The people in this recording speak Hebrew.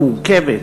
המורכבת